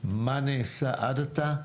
מה נעשה עד עתה,